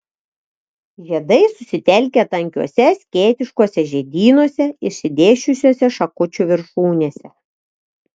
žiedai susitelkę tankiuose skėtiškuose žiedynuose išsidėsčiusiuose šakučių viršūnėse